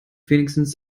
wenigstens